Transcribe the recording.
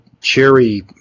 cherry